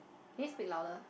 can you speak louder